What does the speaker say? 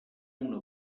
una